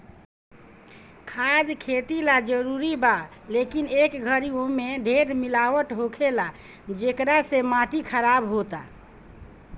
खाद खेती ला जरूरी बा, लेकिन ए घरी ओमे ढेर मिलावट होखेला, जेकरा से माटी खराब होता